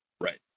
Right